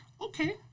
okay